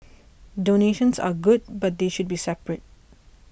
donations are good but they should be separate